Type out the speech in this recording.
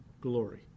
glory